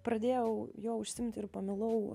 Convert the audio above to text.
pradėjau juo užsiimti ir pamilau